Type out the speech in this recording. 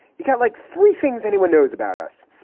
you got like three things anyone knows about us.